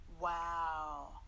Wow